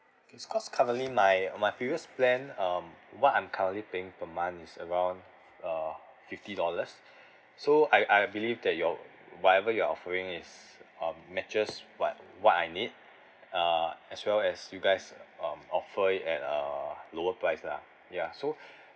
K it's cause currently my my previous plan um what I'm currently paying per month is around f~ uh fifty dollars so I I believe that your whatever you are offering is um matches what what I need uh as well as you guys um offer it at a lower price lah ya so